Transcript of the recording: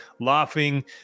laughing